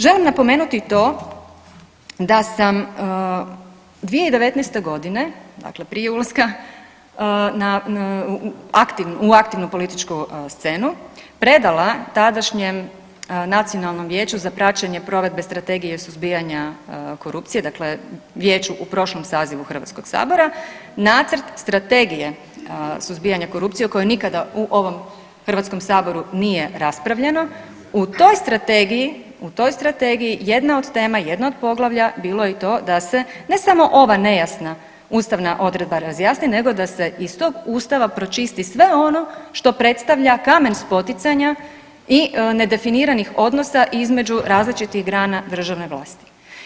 Želim napomenuti i to da sam 2019. godine, dakle prije ulaska na, u aktivnu političku scenu predala tadašnjem Nacionalnom vijeću za praćenje provedbe Strategije suzbijanja korupcije, dakle vijeću u prošlom sazivu Hrvatskog saziva nacrt Strategije suzbijanja korupcije o kojoj nikada u ovom Hrvatskom saboru nije raspravljano, u toj strategiji, u toj strategiji jedna od tema, jedno od poglavlja bilo je i to da se ne samo ova nejasna ustavna odredba razjasni, nego da se iz tog Ustava pročisti sve ono što predstavlja kamen spoticanja i nedefiniranih odnosa između različitih grana državne vlasti.